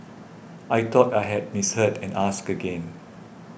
I thought I had misheard and asked again